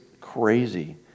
crazy